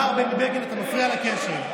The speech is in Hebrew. מר בני בגין, אתה מפריע לקשב.